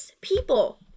people